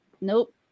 Nope